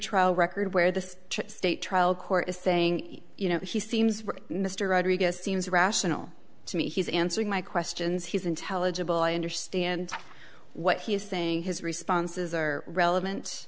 pretrial record where the state trial court is saying you know he seems mr rodriguez seems rational to me he's answering my questions he's intelligible i understand what he's saying his responses are relevan